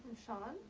shaun.